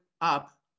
up